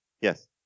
Yes